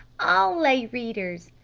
all lay readers.